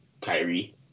Kyrie